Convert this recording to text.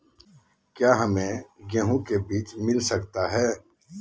क्या हमे गेंहू के बीज मिलता सकता है?